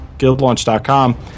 guildlaunch.com